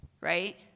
right